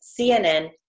cnn